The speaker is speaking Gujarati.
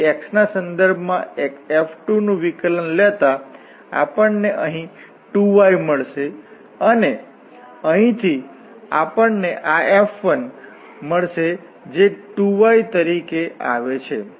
તેથી x ના સંદર્ભમાં F2 નું વિકલન લેતા આપણ ને અહીં 2 y મળશે અને અહીંથી આપણ ને આ F1y મળશે જે 2 y તરીકે આવે છે